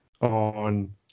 on